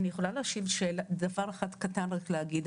אני יכולה להשיב דבר אחד קטן רק להגיד,